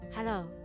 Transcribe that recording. Hello